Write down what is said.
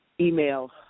email